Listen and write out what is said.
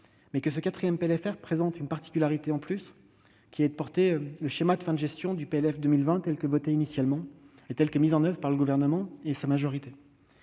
ce quatrième PLFR présente une particularité supplémentaire, qui est de porter le schéma de fin de gestion du PLF 2020, tel que voté initialement et tel que mis en oeuvre par le Gouvernement et sa majorité.